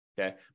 okay